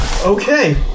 Okay